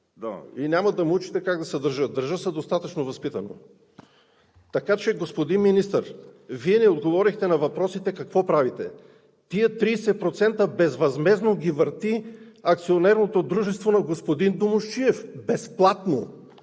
И няма да ме учите как да се държа. Държа се достатъчно възпитано. Така че, господин Министър, Вие не отговорихте на въпроса: какво правите? Тези 30% безвъзмездно ги върти акционерното дружество на господин Домусчиев – безплатно!